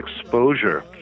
exposure